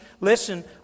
listen